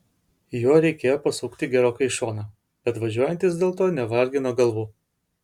juo reikėjo pasukti gerokai į šoną bet važiuojantys dėl to nevargino galvų